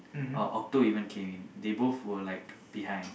or Okto even came in they both were like behind